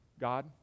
God